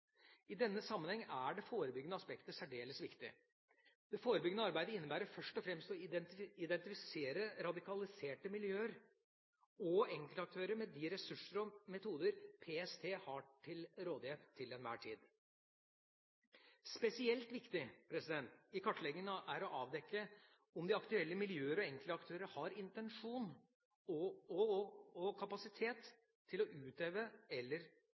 I denne sammenheng er det forebyggende aspektet særdeles viktig. Det forebyggende arbeidet innebærer først og fremst å identifisere radikaliserte miljøer og enkeltaktører med de ressurser og metoder PST har til rådighet til enhver tid. Spesielt viktig i kartleggingen er å avdekke om de aktuelle miljøer og enkeltaktører har intensjon om og kapasitet til å utøve eller